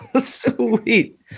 Sweet